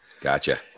Gotcha